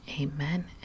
Amen